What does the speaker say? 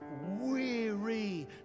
weary